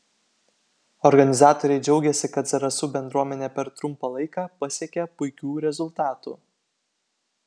organizatoriai džiaugėsi kad zarasų bendruomenė per trumpą laiką pasiekė puikių rezultatų